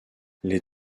les